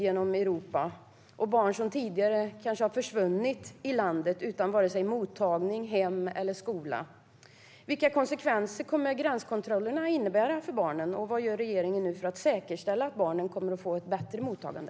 Det är också barn som kanske har försvunnit i landet utan vare sig mottagning, hem eller skola. Vilka konsekvenser kommer gränskontrollerna att innebära för barnen? Vad gör regeringen för att säkerställa att barnen får ett bättre mottagande?